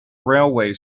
railway